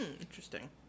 interesting